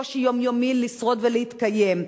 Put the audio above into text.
מקושי יומיומי לשרוד ולהתקיים.